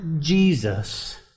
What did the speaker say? Jesus